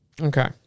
Okay